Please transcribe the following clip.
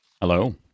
Hello